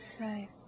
Right